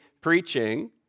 preaching